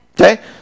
Okay